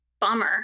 bummer